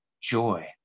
Joy